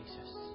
Jesus